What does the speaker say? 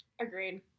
Agreed